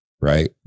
right